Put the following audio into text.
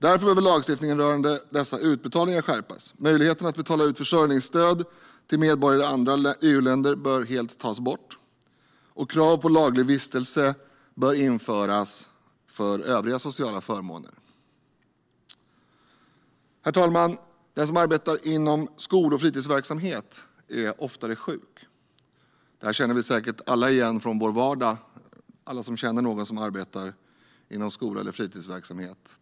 Därför behöver lagstiftningen rörande dessa utbetalningar skärpas. Möjligheten att betala ut försörjningsstöd till medborgare i andra EU-länder bör helt tas bort, och krav på laglig vistelse bör införas för övriga sociala förmåner. Herr talman! Den som arbetar inom skol och fritidsverksamhet är oftare sjuk. Det här känner vi säkert igen från vår vardag, alla vi som känner någon som arbetar inom skol och fritidsverksamhet.